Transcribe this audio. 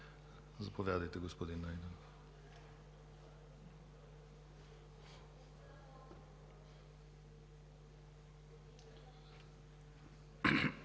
Заповядайте, господин Найденов.